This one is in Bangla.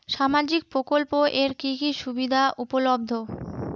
সামাজিক প্রকল্প এর কি কি সুবিধা উপলব্ধ?